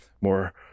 more